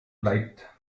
bleibt